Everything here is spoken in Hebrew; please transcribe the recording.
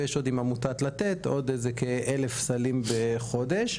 ויש עוד עם עמותת לתת כ-1,000 סלים נוספים בחודש.